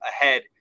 ahead